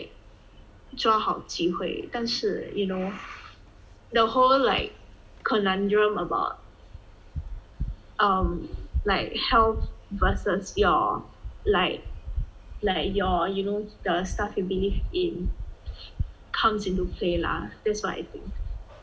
抓好机会但是 you know the whole like conundrum about um like health versus your like like your you know the stuff you believe in comes into play lah that's what I think